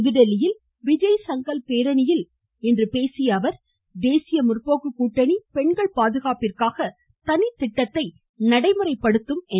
புதுதில்லியில் விஜய் சங்கல்ப் பேரணியில் பேசிய அவர் தேசிய முற்போக்கு கூட்டணி பெண்கள் பாதுகாப்பிற்க்காக தனித்திட்டம் நடைமுறைப்படுத்தும் என்றார்